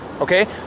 okay